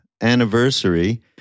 anniversary